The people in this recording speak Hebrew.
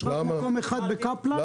יש רק מקום אחד בקפלן, אין תקציב.